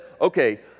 okay